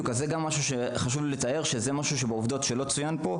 אז חשוב לי לתאר את זה כי זה לא תואר פה.